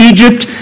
Egypt